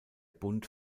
bund